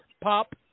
Pop